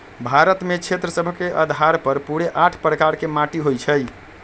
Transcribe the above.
भारत में क्षेत्र सभ के अधार पर पूरे आठ प्रकार के माटि होइ छइ